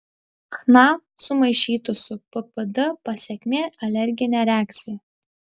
chna sumaišytų su ppd pasekmė alerginė reakcija